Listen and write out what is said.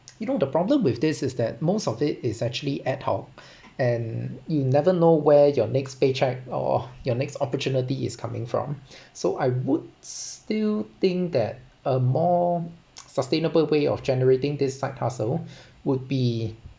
you know the problem with this is that most of it is actually ad-hoc and you never know where your next pay cheque or your next opportunity is coming from so I would still think that a more sustainable way of generating this side hustle would be